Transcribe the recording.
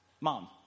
Mom